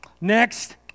next